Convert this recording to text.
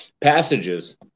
passages